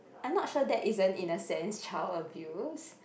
I'm not sure that is an innocent child abuse